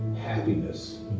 happiness